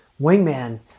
wingman